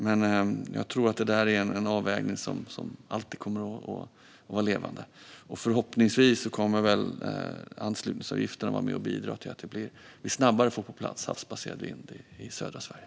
Men jag tror att det är en avvägning som alltid kommer att vara levande. Förhoppningsvis kommer också anslutningsavgifterna att bidra till att vi snabbare får på plats havsbaserad vindkraft i södra Sverige.